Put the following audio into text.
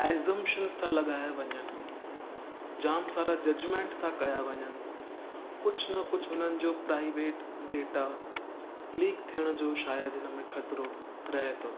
assumptions था लॻायां वञनि जाम सारा जजमेंट था कयां वञनि कुझु न कुझु हुननि जो प्राइवेट डेटा लीक थियण जो शायदि हिन में ख़तिरो रहे थो